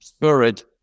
spirit